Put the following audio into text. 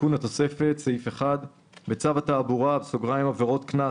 תיקון התוספת1.בצו התעבורה (עבירות קנס),